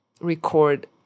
record